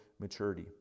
maturity